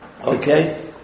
Okay